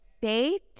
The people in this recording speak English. faith